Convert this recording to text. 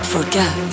Forget